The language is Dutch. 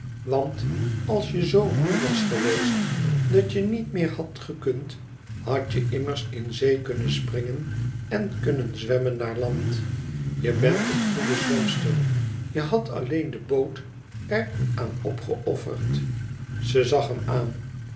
want als je zoo moê was geweest dat je niet meer had gekund hadt je immers in zee kunnen springen en kunnen zwemmen naar land je bent een goede zwemster je hadt alleen de boot er aan opgeofferd zij zag hem aan